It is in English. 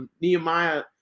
Nehemiah